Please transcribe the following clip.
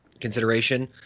consideration